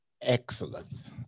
Excellent